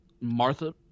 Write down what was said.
Martha